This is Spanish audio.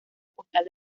postal